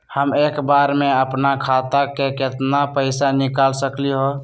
हम एक बार में अपना खाता से केतना पैसा निकाल सकली ह?